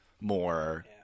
more